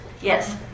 Yes